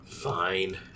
Fine